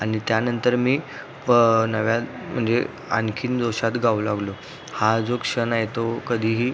आणि त्यानंतर मी प नव्या म्हणजे आणखीन जोशात गाऊ लागलो हा जो क्षण आहे तो कधीही